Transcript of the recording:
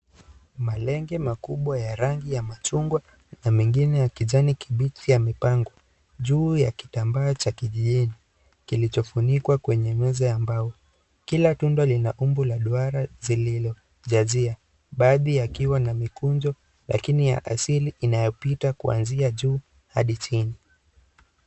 Malenge makubwa ya rangi ya machungwa na mengine ya kijani kibichi yamepangwa juu ya kitambaa cha kijijini kilichofunikwa kwenye meza ya mbao. Kila tunda lina umbo la duara zililojazia. Baadhi yakiwa na mikunjo lakini ya asili inayopita kuanzia juu hadi chini.